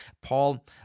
Paul